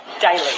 daily